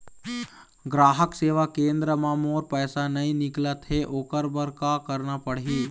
ग्राहक सेवा केंद्र म मोर पैसा नई निकलत हे, ओकर बर का करना पढ़हि?